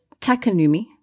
Takanumi